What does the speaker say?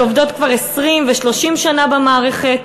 שעובדות כבר 20 ו-30 שנה במערכת,